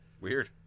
Weird